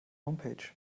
homepage